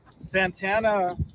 Santana